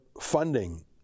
funding